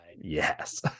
Yes